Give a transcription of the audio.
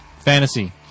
Fantasy